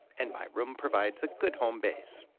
and my room provides a good home base.